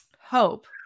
hope